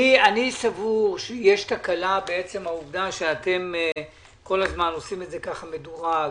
אני סבור שיש תקלה בזה שאתם כל הזמן עושים את זה מדורג,